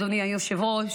אדוני היושב-ראש,